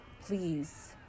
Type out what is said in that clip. please